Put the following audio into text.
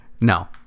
No